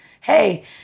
hey